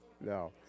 No